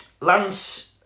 Lance